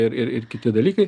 ir ir ir kiti dalykai